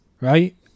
right